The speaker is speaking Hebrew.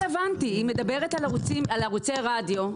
זה לא רלוונטי, היא מדברת על ערוצי רדיו.